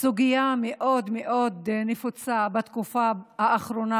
סוגיה מאוד מאוד נפוצה בתקופה האחרונה,